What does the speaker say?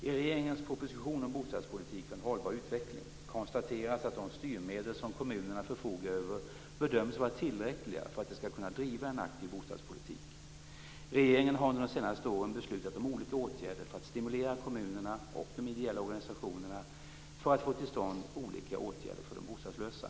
I regeringens proposition om bostadspolitik för en hållbar utveckling konstateras att de styrmedel som kommunerna förfogar över bedöms vara tillräckliga för att de skall kunna driva en aktiv bostadspolitik. Regeringen har under de senaste åren beslutat om olika åtgärder för att stimulera kommunerna och de ideella organisationerna för att få till stånd olika åtgärder för de bostadslösa.